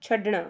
ਛੱਡਣਾ